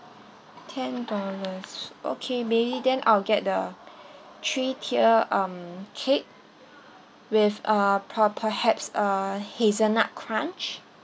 ten dollars okay maybe then I'll get the three tier um cake with uh per~ perhaps uh hazelnut crunch